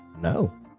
No